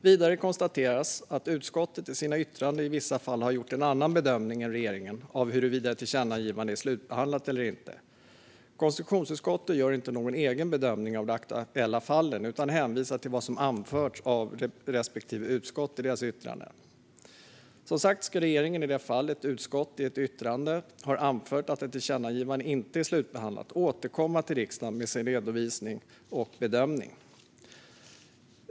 Vidare konstateras att utskotten i sina yttranden i vissa fall har gjort en annan bedömning än regeringen av huruvida ett tillkännagivande är slutbehandlat eller inte. Konstitutionsutskottet gör inte någon egen bedömning av de aktuella fallen utan hänvisar till vad som anförts av respektive utskott i deras yttranden. Som sagt ska regeringen i de fall ett utskott i ett yttrande har anfört att ett tillkännagivande inte är slutbehandlat återkomma till riksdagen med sin redovisning och bedömning.